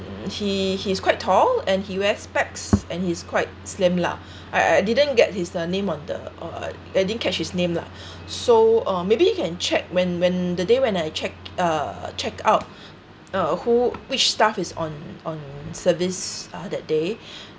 he he's quite tall and he wears specs and he's quite slim lah I I didn't get his uh the name on the uh I didn't catch his name lah so uh maybe you can check when when the day when I check uh checked out uh who which staff is on on service ah that day